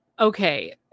okay